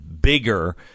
bigger